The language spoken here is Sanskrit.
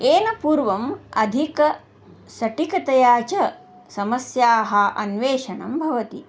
येन पूर्वम् अधिकतया च समस्याः अन्वेषणं भवति